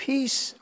Peace